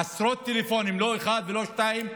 עשרות טלפונים, לא אחד ולא שניים.